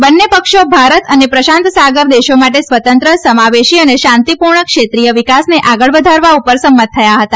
બંને પક્ષો ભારત અને પ્રશાંત સાગર દેશો માટે સ્વતંત્ર સમાવેશી અને શાંતિપૂર્ણ ક્ષેત્રિય વિકાસને આગળ વધારવા પર સંમત થયા હતા